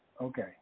Okay